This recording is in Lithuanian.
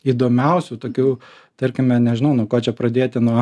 įdomiausių tokių tarkime nežinau nuo ko čia pradėti nuo